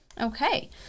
okay